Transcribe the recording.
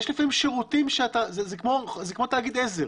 יש שירותים, זה כמו תאגיד עזר.